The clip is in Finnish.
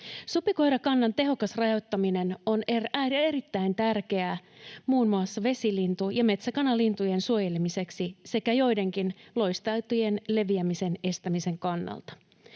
Supikoirakannan tehokas rajoittaminen on erittäin tärkeää muun muassa vesilintujen ja metsäkanalintujen suojelemiseksi sekä joidenkin loistautien leviämisen estämisen kannalta.